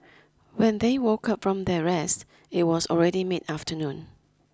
when they woke up from their rest it was already mid afternoon